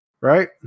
right